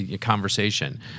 conversation